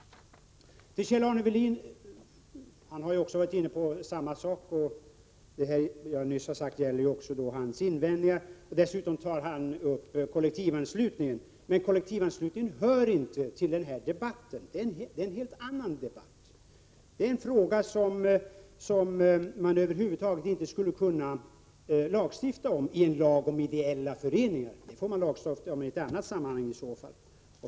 Kjell-Arne Welin har varit inne på samma sak, och det jag nyss har sagt gäller också hans invändningar. Dessutom tar han upp kollektivanslutningen, men den hör inte hemma i den här debatten. Det är en helt annan debatt. Det är en fråga som man över huvud taget inte skulle kunna lagstifta om i en lag om ideella föreningar, utan det får man i så fall lagstifta om i annat sammanhang.